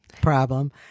problem